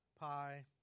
pie